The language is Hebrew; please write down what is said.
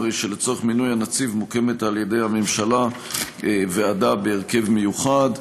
הרי שלצורך מינוי הנציב מוקמת על ידי הממשלה ועדה בהרכב מיוחד.